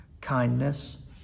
kindness